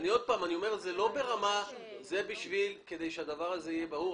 זה כדי שהדבר הזה יהיה ברור.